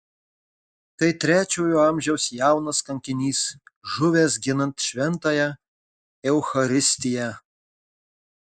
tai trečiojo amžiaus jaunas kankinys žuvęs ginant šventąją eucharistiją